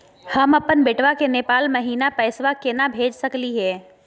हम अपन बेटवा के नेपाल महिना पैसवा केना भेज सकली हे?